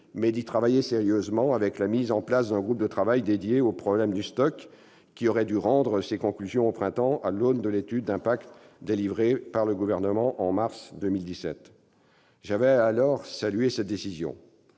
mais d'y travailler sérieusement avec la mise en place d'un groupe de travail dédié au problème du stock, qui aurait dû rendre ses conclusions au printemps, à l'aune de l'étude d'impact délivrée par le Gouvernement en mars 2017. oeuvre de ce groupe de travail.